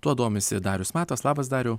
tuo domisi darius matas labas dariau